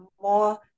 more